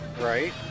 Right